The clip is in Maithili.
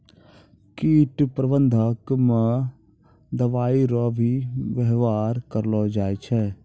कीट प्रबंधक मे दवाइ रो भी वेवहार करलो जाय छै